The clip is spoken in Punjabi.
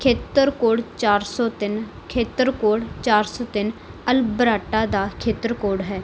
ਖੇਤਰ ਕੋਡ ਚਾਰ ਸੌ ਤਿੰਨ ਖੇਤਰ ਕੋਡ ਚਾਰ ਸੌ ਤਿੰਨ ਅਲਬਰਟਾ ਦਾ ਖੇਤਰ ਕੋਡ ਹੈ